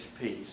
peace